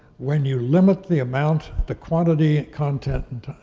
when you limit the amount, the quantity, content, and,